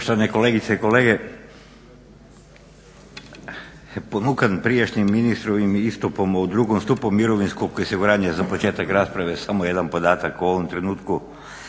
Poštovane kolegice i kolege ponukan prijašnjim ministrovim istupom o drugom stupu mirovinskog osiguranja za početak rasprave samo jedan podatak. U ovom trenutku